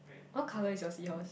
what colour is your seahorse